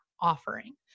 offering